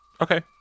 Okay